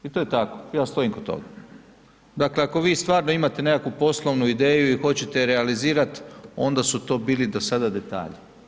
I to je tako, ja stojim kod toga, dakle ako vi stvarno imate neku poslovnu ideju i hoćete je realizirat onda su to bili do sada detalji.